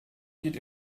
geht